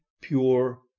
pure